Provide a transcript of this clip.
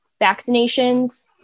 vaccinations